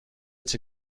its